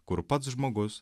kur pats žmogus